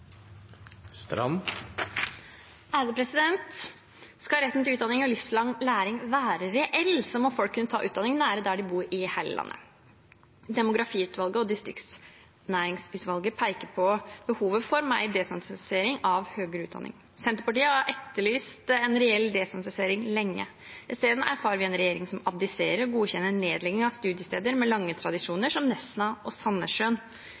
Skal retten til utdanning og livslang læring være reell, må folk kunne ta utdanning nær der de bor i hele landet. Demografiutvalget og distriktsnæringsutvalget peker på behovet for mer desentralisering av høyere utdanning. Senterpartiet har etterlyst en reell desentralisering lenge. I stedet erfarer vi en regjering som abdiserer og godkjenner nedlegging av studiesteder med lange tradisjoner, som Nesna og